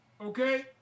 Okay